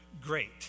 great